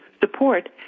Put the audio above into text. support